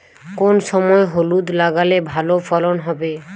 কোন সময় হলুদ লাগালে ভালো ফলন হবে?